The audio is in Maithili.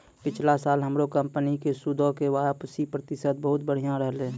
पिछला साल हमरो कंपनी के सूदो के वापसी प्रतिशत बहुते बढ़िया रहलै